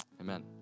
amen